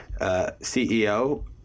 CEO